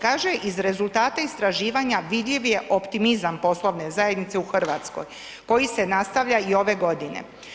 Kaže, iz rezultata istraživanja vidljiv je optimizam poslovne zajednice u Hrvatskoj koji se nastavlja i ove godine.